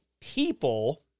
people